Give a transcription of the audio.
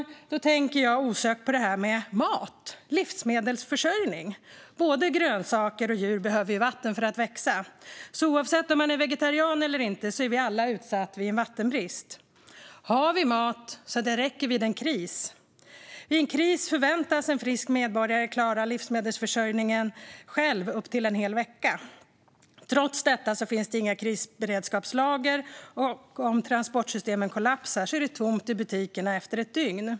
Jag tänker osökt på mat, livsmedelsförsörjning. Både grönsaker och djur behöver vatten för att växa. Oavsett om man är vegetarian eller inte är vi alla utsatta vid en vattenbrist. Har vi mat så att det räcker vid en kris? Vid en kris förväntas en frisk medborgare klara livsmedelsförsörjningen själv upp till en hel vecka. Trots detta finns det inga krisberedskapslager, och om transportsystemen kollapsar är det tomt i butikerna efter ett dygn.